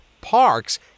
parks